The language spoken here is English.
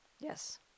yes